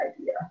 idea